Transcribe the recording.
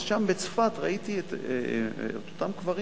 אז שם בצפת ראיתי את אותם קברים